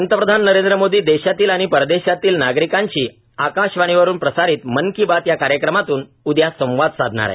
पंतप्रधान नरेंद्र मोदी देशातील आणि परदेशातील नागरिकांशी आकाशवाणीवरून मन की बात या कार्यक्रमातून उद्या संवाद साधणार आहे